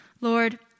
Lord